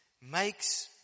makes